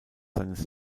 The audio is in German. seines